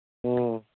ꯎꯝ